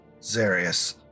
Zarius